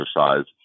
exercise